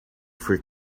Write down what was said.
for